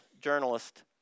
journalist